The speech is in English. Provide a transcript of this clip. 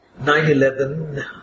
9-11